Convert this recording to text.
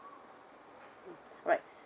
alright ya